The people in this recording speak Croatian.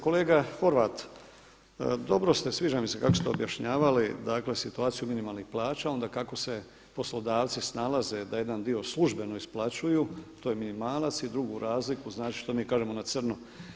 Kolega Horvat, dobro ste, sviđa mi se kako ste objašnjavali dakle situaciju minimalnih plaća, onda kako se poslodavci snalaze da jedan dio službeno isplaćuju to je minimalac i drugu razliku znači što mi kažemo na crno.